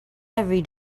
every